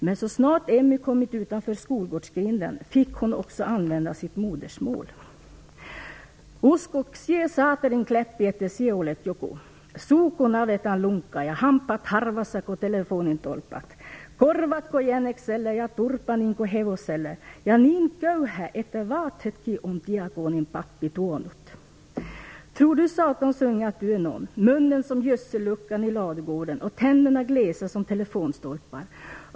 Men så snart Emmy kommit utanför skolgårdsgrinden fick hon också använda sitt modersmål. - Uskok sie saaterin kläppi että sie olet joku. Suu ko navetanlunkka ja hamphaat harvassa ko telefonintolpat. Korvat ko jäneksellä ja turpa niinku hevosella. Ja niin köyhä että vaatheekki on diakoonipappi tuonut. Tror du satans unge att du är någon. Munnen som gödselluckan i ladugården och tänderna glesa som telefonstolpar.